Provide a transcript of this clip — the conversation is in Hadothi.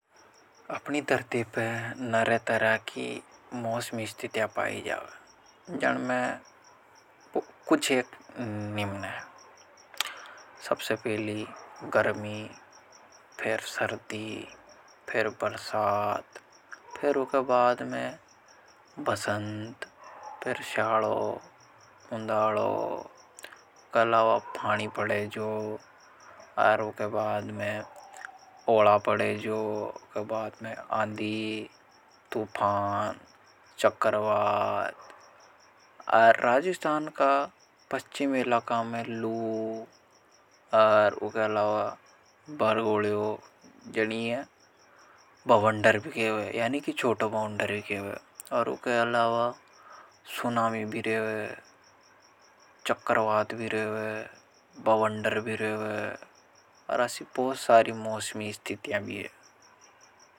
अपनी धरती पर नर तरह की मौसमी स्थितिया पाई जाव जण में कुछ एक निम्न है। सबसे पहली गर्मी, फिर सर्दी, फिर बरसात, फिर उके बाद में बसंत, फिर शालो, उंदालो। फानी पड़े जाओगा, और उके बाद में ओला पड़े जो उके बाद में आंदी, तुफान, चक्करवात, और राजिस्तान का पच्चिम इलाका का में लू। और उके अलावा बरगोलियो जनी हैं, बवंडर भी खेवे यानि कि चोट बवंडर भी गए वे, और ऊके अलावा सुनामी भी रेवे चक्रवात भी रेवे। बवन्डर भी रेवे असि बहुत मौसमी स्थितियां भी है।